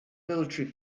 military